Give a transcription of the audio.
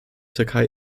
türkei